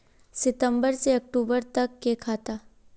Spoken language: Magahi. सितम्बर से अक्टूबर तक के खाता?